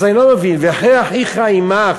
אז אני לא מבין, ו"חי אחיך עמך",